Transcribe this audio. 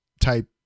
type